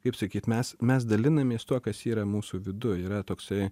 kaip sakyt mes mes dalinamės tuo kas yra mūsų viduj yra toksai